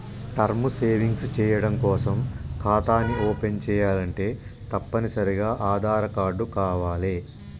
term savings చెయ్యడం కోసం ఖాతాని ఓపెన్ చేయాలంటే తప్పనిసరిగా ఆదార్ కార్డు కావాలే